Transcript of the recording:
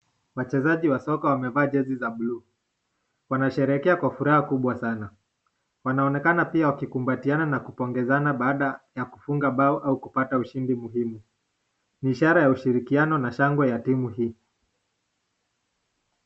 Wachezaji wa soka wamevaa jesi za blue , wanasherekea kwa furaha kubwa sana. Wanaonekana pia wakikumbatiana na kupongezana baada ya kufunga bao au kupata ushindi muhimu. Ni ishara ya ushirikiano na shangwe ya timu hii.